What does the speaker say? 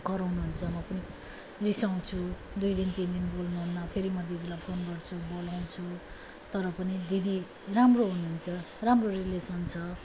कराउनु हुन्छ म पनि रिसाउँछु दुई दिन तिन दिन बोल्नु हुन्न फेरि म दिदीलाई फोन गर्छु बोलाउँछु तर पनि दिदी राम्रो हुनु हुन्छ राम्रो रिलेसन छ